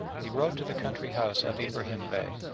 he rode to the country house of ibrahim bey,